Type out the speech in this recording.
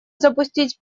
запустить